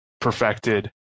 perfected